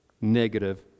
negative